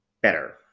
better